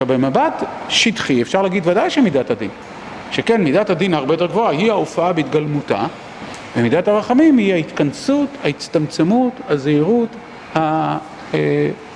במבט שטחי אפשר להגיד בוודאי שמידת הדין שכן מידת הדין הרבה יותר גבוהה היא ההופעה בהתגלמותה ומידת הרחמים היא ההתכנסות, ההצטמצמות, הזהירות, ה...